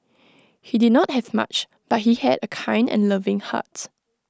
he did not have much but he had A kind and loving heart